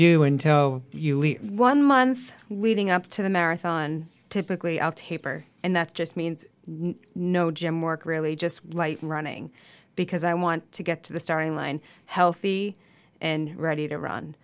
do until you leave one month leading up to the marathon typically out taper and that just means no gym work really just like running because i want to get to the starting line healthy and ready to run